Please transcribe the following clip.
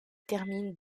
termine